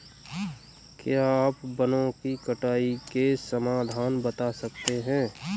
क्या आप वनों की कटाई के समाधान बता सकते हैं?